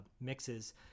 mixes